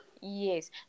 Yes